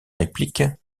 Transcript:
réplique